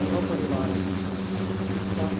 स्वपरिवारस्य च चिकित्सा